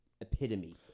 epitome